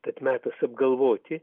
tad metas apgalvoti